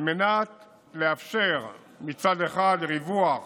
על מנת לאפשר מצד אחד ריווח